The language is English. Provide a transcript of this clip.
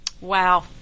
Wow